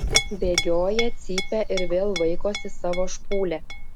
bėgioja cypia ir vėl vaikosi savo špūlę